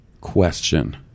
question